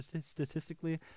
Statistically